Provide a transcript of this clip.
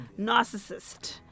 narcissist